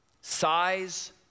size